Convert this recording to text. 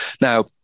Now